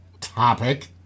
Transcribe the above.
topic